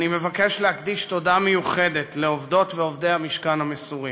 אני מבקש להקדיש תודה מיוחדת לעובדות ועובדי המשכן המסורים.